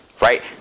Right